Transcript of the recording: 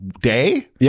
day